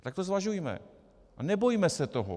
Tak to zvažujme a nebojme se toho.